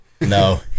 No